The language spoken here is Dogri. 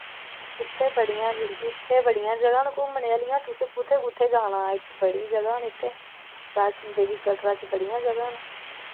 इत्थे बड़ियां इत्थे बड़ियां जगह् न घूमने आह्लियां तुसें कुत्थे कुत्थे जाना इक बड़ी जगह न इत्थे वैश्णो देवी कटरा च बड़ियां जगह् न